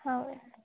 हा वय